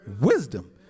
wisdom